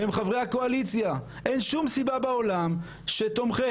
חברי הקואליציה אין שום סיבה בעולם שתומכיהם,